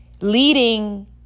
leading